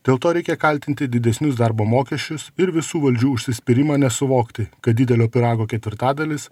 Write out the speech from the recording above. dėl to reikia kaltinti didesnius darbo mokesčius ir visų valdžių užsispyrimą nesuvokti kad didelio pyrago ketvirtadalis